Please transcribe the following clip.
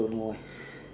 don't know eh